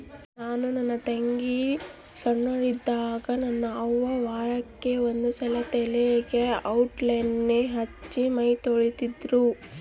ನಾನು ನನ್ನ ತಂಗಿ ಸೊಣ್ಣೋರಿದ್ದಾಗ ನನ್ನ ಅವ್ವ ವಾರಕ್ಕೆ ಒಂದ್ಸಲ ತಲೆಗೆ ಔಡ್ಲಣ್ಣೆ ಹಚ್ಚಿ ಮೈತೊಳಿತಿದ್ರು